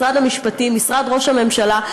משרד המשפטים ומשרד ראש הממשלה.